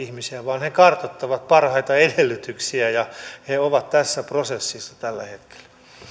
ihmisiä vaan he kartoittavat parhaita edellytyksiä ja he ovat tässä prosessissa tällä hetkellä